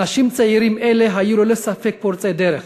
אנשים צעירים אלה יהיו ללא ספק פורצי דרך